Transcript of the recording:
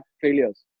failures